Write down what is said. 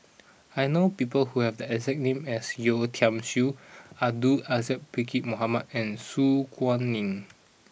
I know people who have the exact name as Yeo Tiam Siew Abdul Aziz Pakkeer Mohamed and Su Guaning